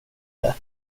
det